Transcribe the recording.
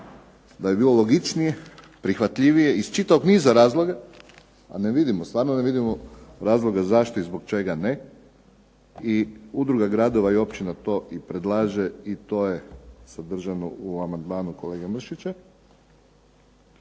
da bi bilo logičnije, prihvatljivije iz čitavog niza razloga, a ne vidimo, stvarno ne vidimo razloga zašto i zbog čega ne i udruga gradova i općina to i predlaže i to je sadržano u amandmanu kolege Mršića,